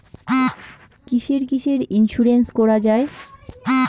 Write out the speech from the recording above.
কিসের কিসের ইন্সুরেন্স করা যায়?